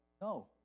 no